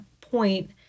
point